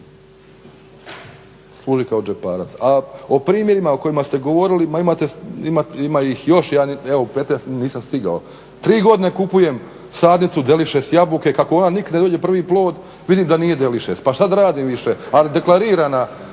služi kao džeparac, a o primjerima o kojima ste govorili ma ima ih još ja evo nisam stigao. Tri godine kupujem sadnicu delišes jabuke, kako ona nikne i dođe prvi plod vidim da nije delišes. Pa šta da radim više? A deklarirana